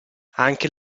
anche